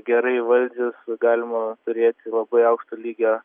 gerai įvaldžius galima turėti labai aukšto lygio